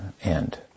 end